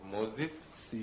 Moses